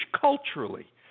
culturally